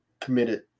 committed